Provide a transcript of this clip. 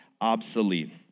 obsolete